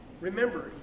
Remember